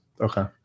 Okay